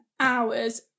hours